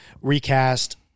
recast